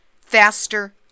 Faster